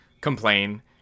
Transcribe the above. complain